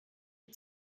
wir